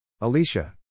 Alicia